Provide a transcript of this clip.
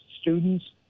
students